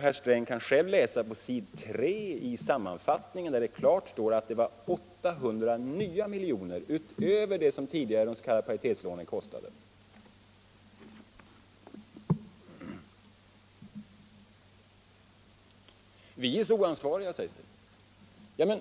Herr Sträng kan själv läsa på s. 3 i sammanfattningen, där det klart anges att det gällde 800 nya miljoner utöver vad tidigare de s.k. paritetslånen kostade. Det sägs att vi är så oansvariga. Men